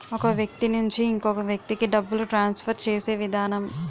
ఒక వ్యక్తి నుంచి ఇంకొక వ్యక్తికి డబ్బులు ట్రాన్స్ఫర్ చేసే విధానం